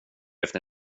efter